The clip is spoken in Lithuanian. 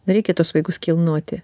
reikia tuos vaikus kilnoti